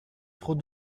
trop